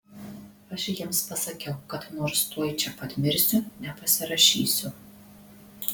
aš jiems pasakiau kad nors tuoj čia pat mirsiu nepasirašysiu